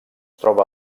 troba